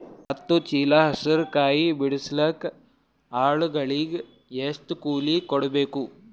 ಹತ್ತು ಚೀಲ ಹೆಸರು ಕಾಯಿ ಬಿಡಸಲಿಕ ಆಳಗಳಿಗೆ ಎಷ್ಟು ಕೂಲಿ ಕೊಡಬೇಕು?